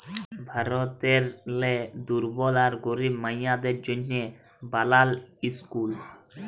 ভারতেরলে দুর্বল আর গরিব মাইয়াদের জ্যনহে বালাল ইসকুল